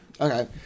Okay